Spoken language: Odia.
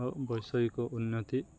ଆଉ ବୈଷୟିକ ଉନ୍ନତି